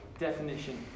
Definition